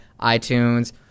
iTunes